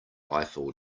eiffel